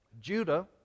Judah